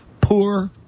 Poor